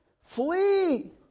Flee